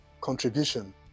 contribution